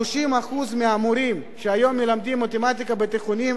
30% מהמורים שהיום מלמדים מתמטיקה בתיכוניים,